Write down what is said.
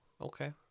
Okay